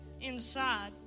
inside